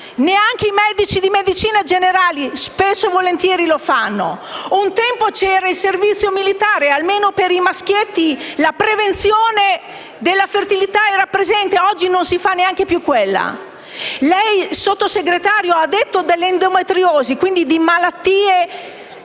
Neanche i medici di medicina generale spesso e volentieri la fanno. Un tempo c'era il servizio militare e, almeno per i maschietti, la prevenzione dell'infertilità era presente; oggi non si fa più neanche quella. Lei, signor Sottosegretario, ha parlato dell'endometriosi e, quindi, di malattie